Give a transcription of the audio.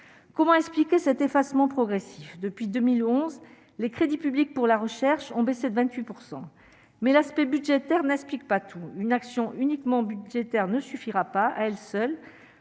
comment expliquer cet effacement progressif depuis 2011 les crédits publics pour la recherche ont baissé de 28 % mais l'aspect budgétaire n'explique pas tout, une action uniquement budgétaire ne suffira pas à elle seule